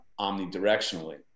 omnidirectionally